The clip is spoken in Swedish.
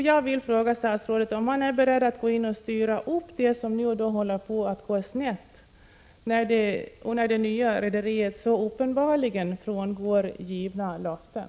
Jag vill fråga statsrådet om han är beredd att gå in och så att säga styra det som nu håller på gå snett när det nya rederiet så uppenbart frångår givna löften.